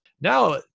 Now